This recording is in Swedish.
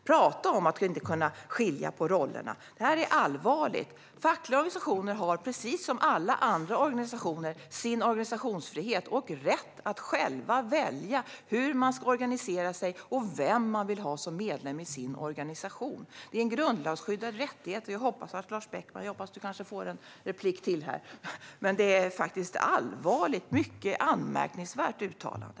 Prata om att inte kunna skilja på rollerna! Det här är allvarligt. Fackliga organisationer har sin organisationsfrihet precis som alla andra organisationer. De har rätt att själva välja hur de ska organisera sig och vilka de vill ha som medlemmar i sin organisation. Det är en grundlagsskyddad rättighet. Jag hoppas att Lars Beckman får ett inlägg till i debatten. Detta är faktiskt ett allvarligt och mycket anmärkningsvärt uttalande.